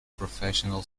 professional